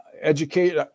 educate